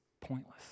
pointless